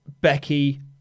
Becky